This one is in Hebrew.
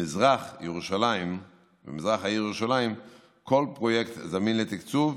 במזרח העיר ירושלים כל פרויקט זמין לתקצוב,